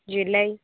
July